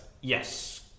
Yes